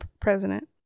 president